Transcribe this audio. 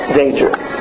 dangerous